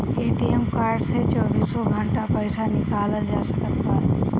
ATM card से चौबीसों घंटा पईसा निकालल जा सकत बाटे